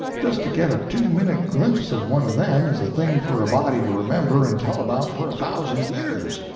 just to get a two-minute glimpse of one of them is a thing for a body to remember and tell about for a thousand years.